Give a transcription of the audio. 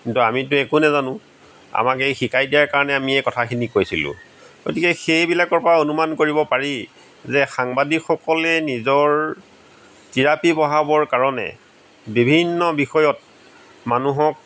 কিন্তু আমিটো একো নাজানো আমাক এই শিকাই দিয়া কাৰণেই আমি এই কথাখিনি কৈছিলো গতিকে সেইবিলাকৰ পৰা অনুমান কৰিব পাৰি যে সাংবাদিকসকলে নিজৰ টি আৰ পি বঢ়াবৰ কাৰণে বিভিন্ন বিষয়ত মানুহক